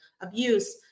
abuse